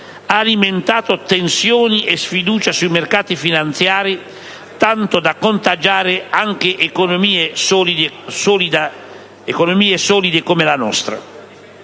hanno alimentato tensioni e sfiducia sui mercati finanziari, tanto da contagiare anche economie solide come la nostra.